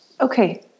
Okay